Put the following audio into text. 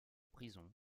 prison